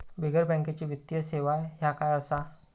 बिगर बँकेची वित्तीय सेवा ह्या काय असा?